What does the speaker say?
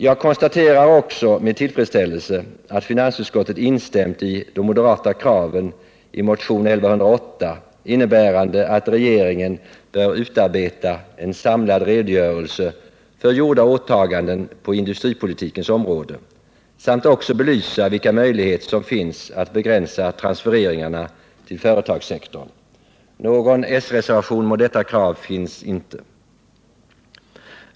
Jag konstaterar också med tillfredsställelse att finansutskottet instämt i de moderata kraven i motionen 1108, innebärande att regeringen bör utarbeta en samlad redogörelse för gjorda åtaganden på industripolitikens område samt också belysa vilka möjligheter som finns att begränsa transfereringar till företagssektorn. Någon s-reservation mot detta krav finns inte.